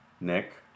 Nick